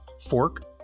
Fork